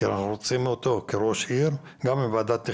הוועדות המחוזיות הן שתיים, אחת יושבת בחיפה.